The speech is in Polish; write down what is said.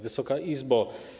Wysoka Izbo!